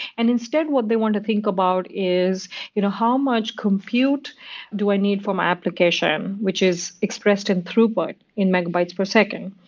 and instead, what they want to think about is you know how much compute do i need for my application, which is expressed in throughput in megabytes per second.